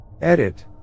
Edit